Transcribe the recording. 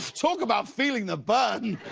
talk about feeling the but